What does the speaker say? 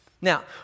Now